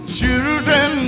children